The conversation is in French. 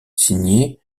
signée